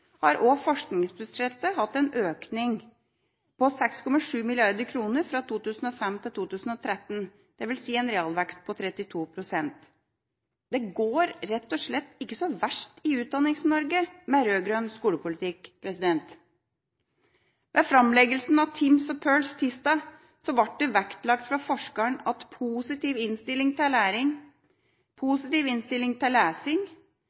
har også forskningsbudsjettet hatt en økning på 6,7 mrd. kr kroner fra 2005 til 2013. Det vil si en realvekst på 32 pst. Det går rett og slett ikke så verst i Utdannings-Norge med rød-grønn skolepolitikk. Ved framleggelsen av TIMSS og PIRLS tirsdag ble det vektlagt fra forskeren at positiv innstilling til læring, positiv innstilling til lesing,